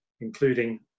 including